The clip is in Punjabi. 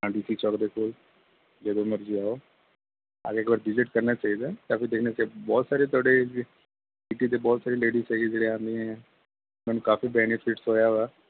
ਹਾਂਜੀ ਦੇ ਕੋਲ ਜਦੋਂ ਮਰਜੀ ਆਓ ਆ ਕੇ ਇੱਕ ਵਾਰੀ ਵਿਜਿਟ ਕਰਨਾ ਚਾਹੀਦਾ ਹੈ ਤਾਂ ਕਿ ਦੇਖਣਾ ਚਾਹੀ ਬਹੁਤ ਸਾਰੇ ਤੁਹਾਡੇ ਇੱਥੇ ਦੇ ਬਹੁਤ ਸਾਰੇ ਲੇਡੀਸ ਹੈਗੇ ਜਿਹੜੇ ਆਉਂਦੇ ਹੈ ਉਨ੍ਹਾਂ ਨੂੰ ਕਾਫੀ ਬੈਨੀਫਿਟਸ ਹੋਇਆ ਵਾ